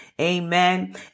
Amen